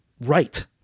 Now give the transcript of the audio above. right